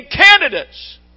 candidates